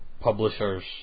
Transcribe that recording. publishers